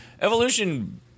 evolution